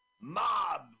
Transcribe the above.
mob